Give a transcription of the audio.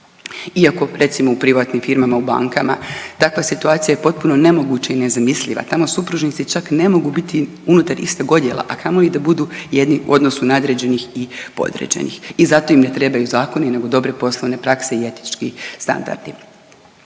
iako, recimo, u privatnim firmama, u bankama, takva situacija je potpuno nemoguća i nezamisliva, tamo supružnici čak ne mogu biti unutar istog odjela, a kamoli da budu jedni u odnosu nadređenih i podređenih i zato im ne trebaju zakoni nego dobre poslovne prakse i etički standardi.